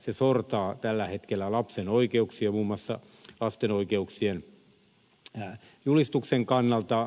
se sortaa tällä hetkellä lapsen oikeuksia muun muassa lasten oikeuksien julistuksen kannalta